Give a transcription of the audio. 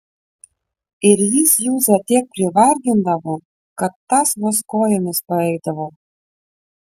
ir jis juzę tiek privargindavo kad tas vos kojomis paeidavo